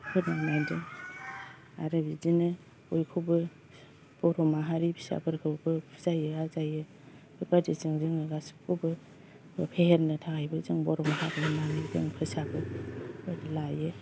फोरोंनाय बायदि आरो बिदिनो बयखौबो बर' माहारि फिसाफोरखौबो बुजायो आजायो बेफोरबायदिजों जोङो गासैबो फेहेरनो थाखायबो बर' माहारिनि होननानै जों फोसाबो बेफोरबायदि लायो